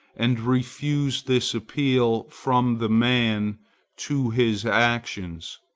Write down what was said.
and refuse this appeal from the man to his actions.